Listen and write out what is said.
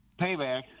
Payback